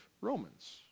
Romans